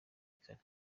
kare